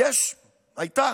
שהייתה